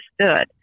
understood